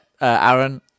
aaron